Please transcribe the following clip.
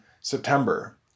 September